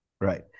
Right